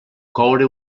coure